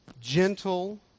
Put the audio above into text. gentle